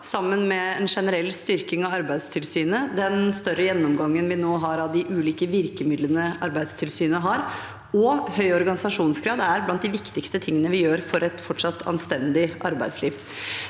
sammen med en generell styrking av Arbeidstilsynet, den større gjennomgangen vi nå har av de ulike virkemidlene Arbeidstilsynet har, og høy organisasjonsgrad, er blant de viktigste tingene vi gjør for et fortsatt anstendig arbeidsliv.